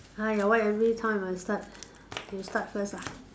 !aiya! why everytime I start you start first lah